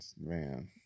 Man